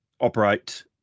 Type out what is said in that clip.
operate